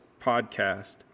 podcast